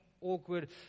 awkward